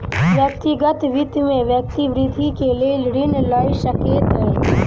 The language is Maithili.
व्यक्तिगत वित्त में व्यक्ति वृद्धि के लेल ऋण लय सकैत अछि